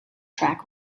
track